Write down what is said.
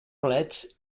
plets